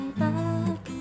back